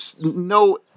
no